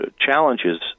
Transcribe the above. challenges